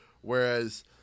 whereas